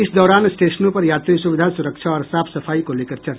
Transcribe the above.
इस दौरान स्टेशनों पर यात्री सुविधा सुरक्षा और साफ सफाई को लेकर चर्चा की गयी